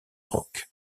rock